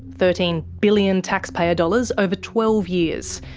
thirteen billion taxpayer dollars over twelve years.